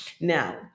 Now